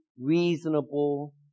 Reasonable